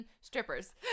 strippers